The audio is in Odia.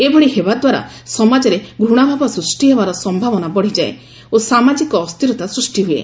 ଏଭଳି ହେବା ଦ୍ୱାରା ସମାଜରେ ଘୃଶାଭାବ ସୃଷ୍ଟି ହେବାର ସମ୍ଭାବନା ବଢ଼ିଯାଏ ଓ ସାମାଜିକ ଅସ୍ଥିରତା ସୃଷ୍ଟି ହୁଏ